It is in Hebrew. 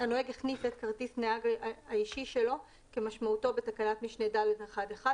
את כרטיס נהג האישי שלו כמשמעותו בתקנת משנה (ד1)(1)